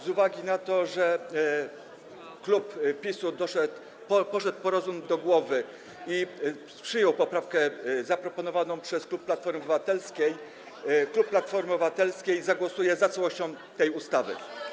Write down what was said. Z uwagi na to, że klub PiS-u poszedł po rozum do głowy i przyjął poprawkę zaproponowaną przez klub Platforma Obywatelska, klub Platforma Obywatelska zagłosuje za całością projektu tej ustawy.